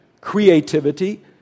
creativity